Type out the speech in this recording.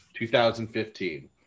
2015